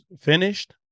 finished